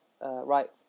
right